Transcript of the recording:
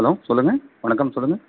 hello சொல்லுங்கள் வணக்கம் சொல்லுங்கள்